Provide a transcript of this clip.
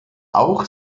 auch